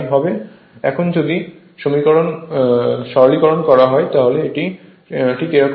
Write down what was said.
এখন যদি সরলীকরণ করা হয় তাহলে এটি ঠিক এরকম হবে